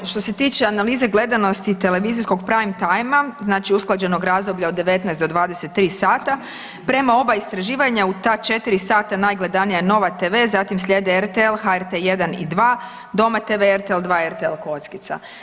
Evo, što se tiče analize gledanosti i televizijsko prime timea, znači usklađenog razdoblja 19-23 sata prema oba istraživanja u ta 4 sata najgledanija je Nova TV, zatim slijede RTL, HRT 1 i 2, Doma TV i RTL 2 i RTL Kockica.